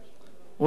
אורי אריאל?